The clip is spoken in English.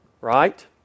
right